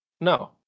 No